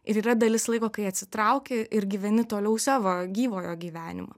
ir yra dalis laiko kai atsitrauki ir gyveni toliau savo gyvojo gyvenimo